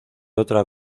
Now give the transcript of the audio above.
otra